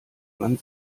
man